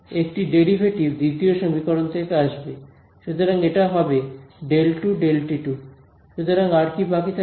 একটি ডেরিভেটিভ দ্বিতীয় সমীকরণটি থেকে আসবে সুতরাং এটা হয়ে যাবে ∂2 ∂t2 সুতরাং আর কি বাকি থাকছে